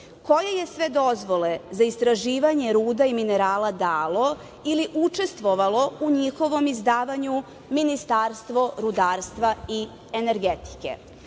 Koje je sve dozvole za istraživanje ruda i minerala dalo, ili učestvovalo u njihovom izdavanju, Ministarstvo rudarstva i energetike? Takođe,